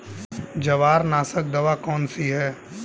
जवार नाशक दवा कौन सी है?